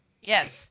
Yes